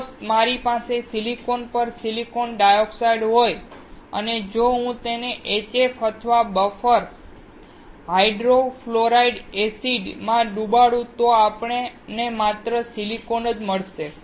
જો મારી પાસે સિલિકોન પર સિલિકોન ડાયોક્સાઈડ હોય અને જો હું તેને HF અથવા બફર હાઇડ્રોફ્લોરિક એસિડ માં ડુબાડું તો આપણને માત્ર સિલિકોન જ મળશે